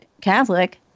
Catholic